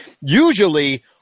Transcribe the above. usually